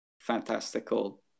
fantastical